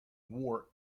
wore